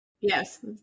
Yes